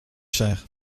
cher